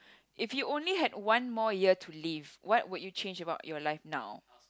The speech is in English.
if you only had one more year to live what would you change about your life now